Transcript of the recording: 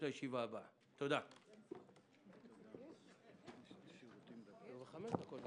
הישיבה ננעלה בשעה 16:30.